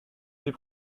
des